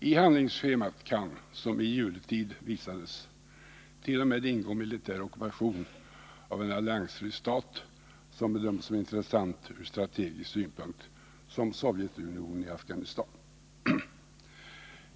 I handlingsschemat kan — som det i jultid visade sig — t.o.m. ingå militär ockupation av en alliansfri stat som bedöms som intressant ur strategisk synpunkt, t.ex. Sovjetunionens inmarsch i Afghanistan.